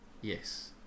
Yes